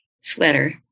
sweater